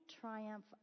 triumph